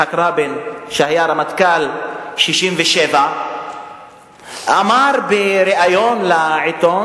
בפני משפחות רגילות במדינת ישראל להבטיח לעצמן פתרונות דיור.